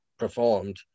performed